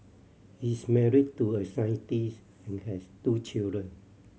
he is married to a scientist and has two children